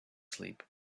sleep